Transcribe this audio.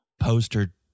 poster